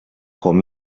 com